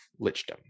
lichdom